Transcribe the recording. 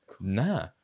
nah